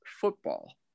football